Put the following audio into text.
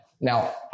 Now